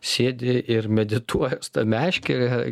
sėdi ir medituoja su meškere